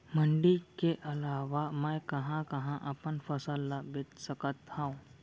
मण्डी के अलावा मैं कहाँ कहाँ अपन फसल ला बेच सकत हँव?